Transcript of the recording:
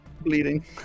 bleeding